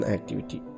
Activity